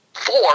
four